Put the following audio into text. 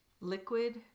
liquid